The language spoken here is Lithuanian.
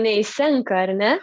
neišsenka ar ne